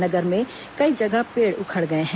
नगर में कई जगह पेड़ उखड़ गए हैं